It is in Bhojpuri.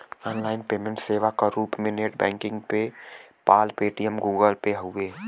ऑनलाइन पेमेंट सेवा क रूप में net banking PayPal, Paytm, Google pay हउवे